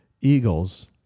Eagles